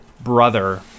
brother